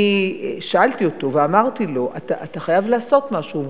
ושאלתי אותו ואמרתי לו: אתה חייב לעשות משהו.